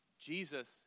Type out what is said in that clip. Jesus